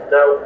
Now